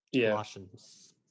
Colossians